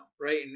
right